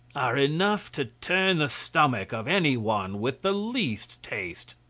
are enough to turn the stomach of any one with the least taste,